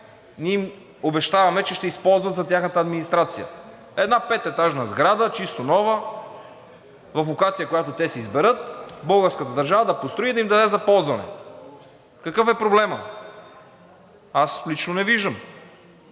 ние им обещаваме, че ще използват за тяхната администрация. Една пететажна сграда, чисто нова, в локация, която те си изберат, българската държава да построи и да им даде за ползване. Какъв е проблемът? Аз лично не виждам.